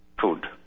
food